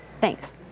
Thanks